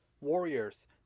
Warriors